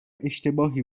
اشتباهی